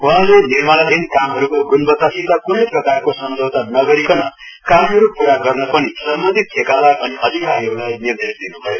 वहाँले निर्माणाधीन कामहरूको गुणवता सित क्नै प्रकारको सम्झौता नगरिकन कार्यहरू पूरा गर्न पनि सम्बन्धित ठेकादार अनि अधिकारीहरूलाई निर्देश दिनुभयो